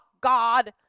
God